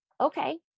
Okay